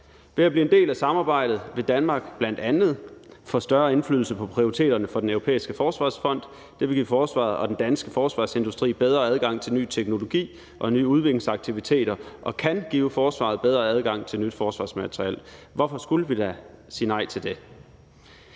Ved at blive en del af samarbejdet vil Danmark bl.a. få større indflydelse på prioriteterne for Den Europæiske Forsvarsfond. Det vil give forsvaret og den danske forsvarsindustri en bedre adgang til ny teknologi og nye udviklingsaktiviteter, og det kan give forsvaret en bedre adgang til nyt forsvarsmateriel. Hvorfor skulle vi da sige nej til det?